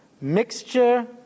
Mixture